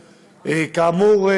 כאמור,